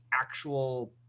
actual